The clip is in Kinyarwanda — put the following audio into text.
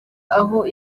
aho